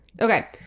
Okay